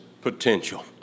potential